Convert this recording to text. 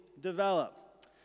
develop